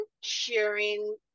sharing